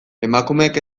emakumeek